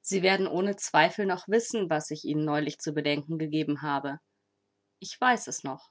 sie werden ohne zweifel noch wissen was ich ihnen neulich zu bedenken gegeben habe ich weiß es noch